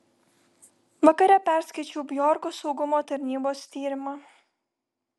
vakare perskaičiau bjorko saugumo tarnybos tyrimą